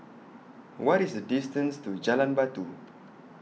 What IS The distance to Jalan Batu